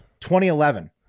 2011